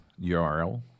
URL